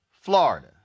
Florida